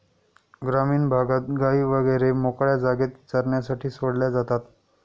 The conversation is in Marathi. ग्रामीण भागात गायी वगैरे मोकळ्या जागेत चरण्यासाठी सोडल्या जातात